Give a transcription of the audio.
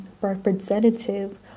representative